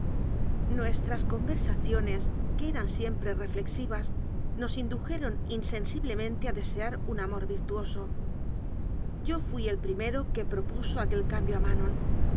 nes que eran siempre reflexivas nos indujeron in sensiblemente a desear un amor virtuoso yo fui el primero que propuso aquel cambio a manon